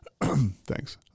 thanks